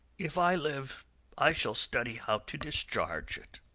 if i live i shall study how to discharge it.